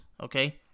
Okay